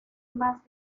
más